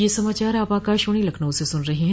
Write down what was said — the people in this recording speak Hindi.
ब्रे क यह समाचार आप आकाशवाणी लखनऊ से सुन रहे हैं